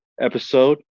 episode